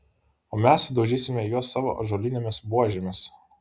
o mes sudaužysime juos savo ąžuolinėmis buožėmis